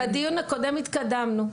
נכון, ובדיון הקודם התקדמנו.